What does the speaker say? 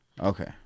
Okay